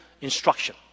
instruction